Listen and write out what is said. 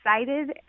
excited